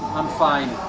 i'm fine.